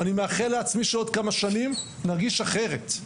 אני מאחל לעצמי שבעוד כמה שנים נרגיש אחרת,